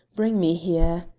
bring me here.